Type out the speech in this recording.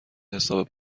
حساب